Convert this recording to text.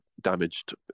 damaged